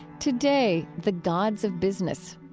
today, the gods of business.